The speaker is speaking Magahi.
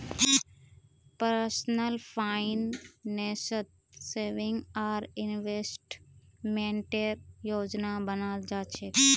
पर्सनल फाइनेंसत सेविंग आर इन्वेस्टमेंटेर योजना बनाल जा छेक